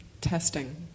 testing